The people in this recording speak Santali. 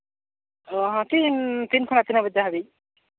ᱚᱸᱻ ᱛᱤᱱ ᱠᱷᱚᱱᱟᱜ ᱛᱤᱱᱟᱹᱜ ᱵᱟᱡᱟᱜ ᱦᱟᱹᱵᱤᱡ